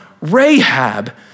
Rahab